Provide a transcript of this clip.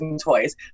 toys